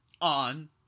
on